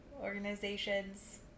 organizations